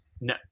no